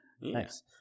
nice